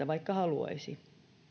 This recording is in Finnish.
vaikka haluaisikin